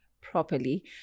properly